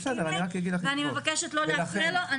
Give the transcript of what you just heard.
ואני מבקשת לא להפריע לו.